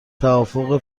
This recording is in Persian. توافق